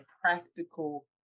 practical